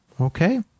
Okay